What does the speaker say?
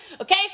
okay